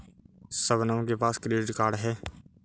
शबनम के पास credit card है